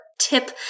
tip